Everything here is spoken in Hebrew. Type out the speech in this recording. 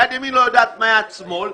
יד ימין לא יודעת מה עושה יד שמאל.